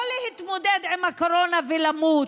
לא להתמודד עם הקורונה ולמות,